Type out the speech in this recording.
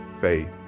faith